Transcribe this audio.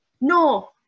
No